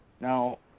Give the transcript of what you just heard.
Now